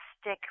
stick